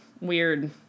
weird